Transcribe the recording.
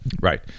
Right